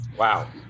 Wow